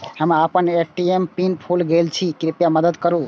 हम आपन ATM pin भूल गईल छी, कृपया मदद करू